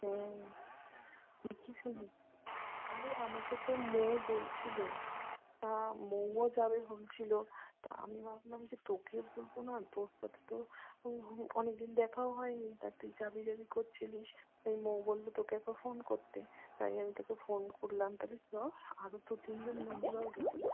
ওঁ আরে আমাকে তো মৌ বলছিলো মৌও যাবে বলছিলো তা আমি ভাবলাম যে তোকে বলবো না তোর কথা তো আমি ভু অনেক দিন দেখাও হয় নি তা তুই যাবি যাবি করছিলিস মৌ বললো তোকে একবার ফোন করতে তাই আমি তোকে ফোন করলাম তাহলে চল আরও দু তিনজন বন্ধুরাও যাবে